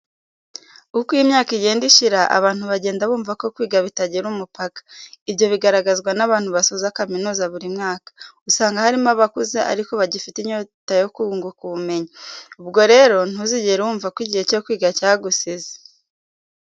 Uko imyaka igenda ishira, abantu bagenda bumva ko kwiga bitagira umupaka. Ibyo bigaragazwa n'abantu basoza kaminuza buri mwaka. Usanga harimo abakuze ariko bagifite inyota yo kunguka ubumenyi. Ubwo rero ntuzigere wumva ko igihe cyo kwiga cyagusize.